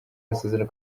masezerano